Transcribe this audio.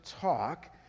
talk